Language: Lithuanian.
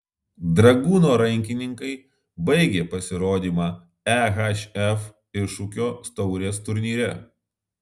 dragūno rankininkai baigė pasirodymą ehf iššūkio taurės turnyre